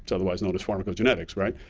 otherwise known as pharmacogenetics, right?